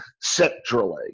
centrally